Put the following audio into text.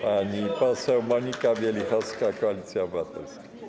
Pani poseł Monika Wielichowska, Koalicja Obywatelska.